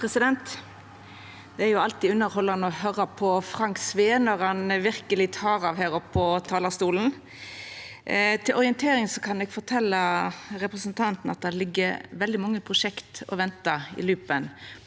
Det er alltid un- derhaldande å høyra på Frank Sve når han verkeleg tek av her oppe på talarstolen. Til orientering kan eg fortelja representanten at det ligg veldig mange prosjekt i